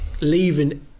leaving